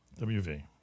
WV